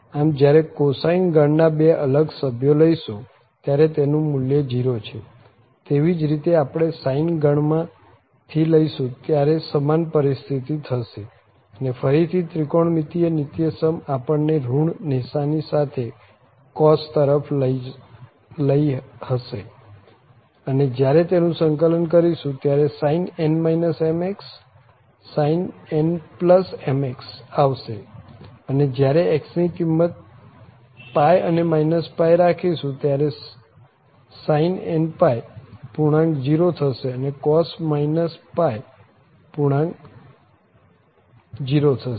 આમ જયારે cosine ગણ ના બે અલગ સભ્યો લઈશું ત્યારે તેનું મુલ્ય 0 છે તેવી જ રીતે આપણે sin ગણ માં થી લઈશું ત્યારે સમાન પરિસ્થિતિ થશે અને ફરી થી ત્રિકોણમિતિય નીત્યસમ આપણ ને ઋણ નિશાની સાથે cos તરફ લઇ હશે અને જયારે તેનું સંકલન કરીશું ત્યારે sin x sin nm x આવશે અને જયારે x ની કિંમત અને રાખીશું ત્યારે sin પૂર્ણાંક 0 થશે અને sin π પૂર્ણાંક 0 થશે